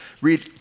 Read